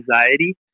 anxiety